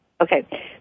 Okay